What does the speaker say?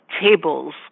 tables